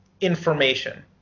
information